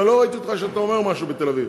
ולא ראיתי שאתה אומר משהו בתל-אביב.